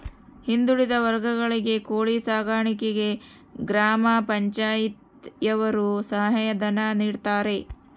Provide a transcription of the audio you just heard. ಹಿಂದುಳಿದ ವರ್ಗಗಳಿಗೆ ಕೋಳಿ ಸಾಕಾಣಿಕೆಗೆ ಗ್ರಾಮ ಪಂಚಾಯ್ತಿ ಯವರು ಸಹಾಯ ಧನ ನೀಡ್ತಾರೆ